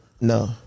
No